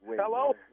Hello